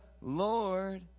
Lord